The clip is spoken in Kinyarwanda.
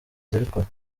ndabikora